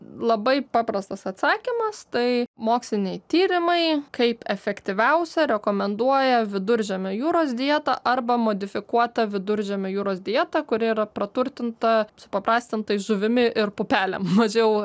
labai paprastas atsakymas tai moksliniai tyrimai kaip efektyviausia rekomenduoja viduržemio jūros dietą arba modifikuotą viduržemio jūros dietą kuri yra praturtinta supaprastinta žuvimi ir pupelėm mažiau